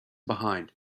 behind